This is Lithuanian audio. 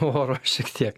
oro šiek tiek